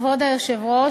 לכן, גברתי היושבת-ראש,